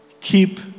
keep